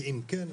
כי אם כן,